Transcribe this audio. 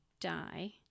die